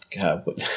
god